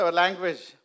language